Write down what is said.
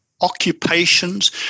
occupations